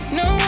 no